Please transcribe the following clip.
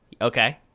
Okay